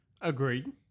Agreed